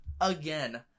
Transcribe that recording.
again